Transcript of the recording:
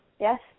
Yes